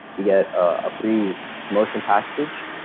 you get a free promotion package,